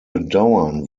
bedauern